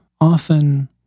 often